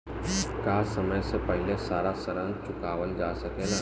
का समय से पहले सारा ऋण चुकावल जा सकेला?